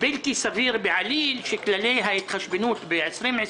בלתי-סביר בעליל שכללי ההתחשבנות ב-2020